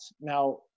Now